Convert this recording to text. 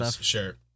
Sure